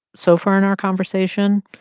so far in our conversation,